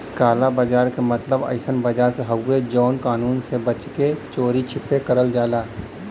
काला बाजार क मतलब अइसन बाजार से हउवे जौन कानून से बच के चोरी छिपे करल जाला